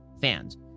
fans